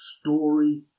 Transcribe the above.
Story